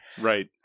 right